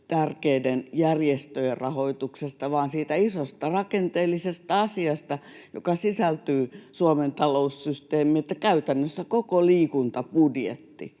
tärkeiden järjestöjen rahoituksesta vaan siitä isosta rakenteellisesta asiasta, joka sisältyy Suomen taloussysteemiin, että käytännössä koko liikuntabudjetti,